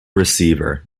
receiver